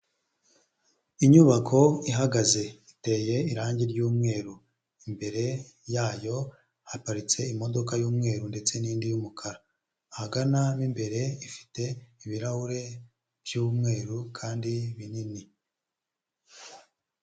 Inyubako ihagaze iteye irangi ry'umweru imbere yayo haparitse imodoka y'umweru ndetse n'indi y'umukara, ahagana mo imbere ifite ibirahure by'umweru kandi binini.